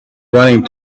running